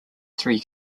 three